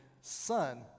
Son